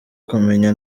kumenya